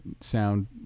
sound